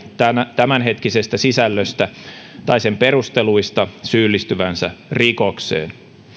tämänhetkisestä sisällöstä tai sen perusteluista syyllistyvänsä rikokseen